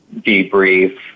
debrief